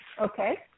Okay